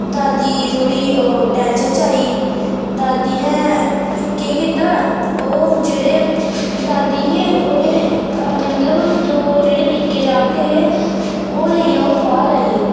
दादी थोह्ड़ी ओह् टैंशन च आई गेई दादी ने केह् कीता ओह् जेह्ड़े दादी ही उनें अपने मतलब दो जेह्ड़े निक्के जागत हे ओह् लेइयै ओह् बाहर आई गे